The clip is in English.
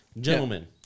Gentlemen